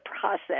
process